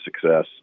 success